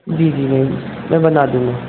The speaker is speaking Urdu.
جی جی میم میں بنا دوں گا